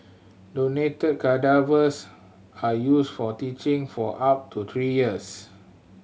donated cadavers are used for teaching for up to three years